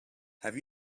have